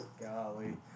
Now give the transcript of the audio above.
Golly